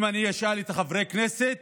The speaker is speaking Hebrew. אם אני אשאל את חברי הכנסת,